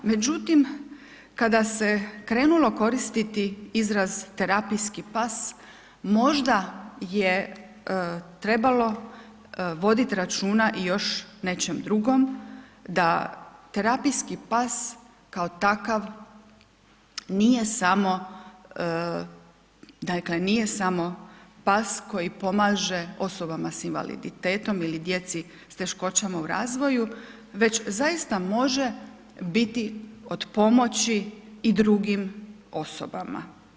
Međutim, kada se krenulo koristiti izraz terapijski pas možda je trebalo voditi računa i još o nečem drugom da terapijski pas kao takav nije samo, dakle nije samo pas koji pomaže osobama s invaliditetom ili djeci s teškoćama u razvoju, već zaista može biti od pomoći i drugim osobama.